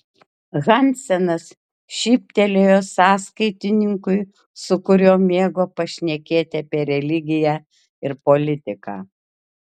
hansenas šyptelėjo sąskaitininkui su kuriuo mėgo pašnekėti apie religiją ir politiką